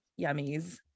yummies